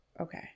Okay